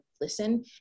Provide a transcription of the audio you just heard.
listen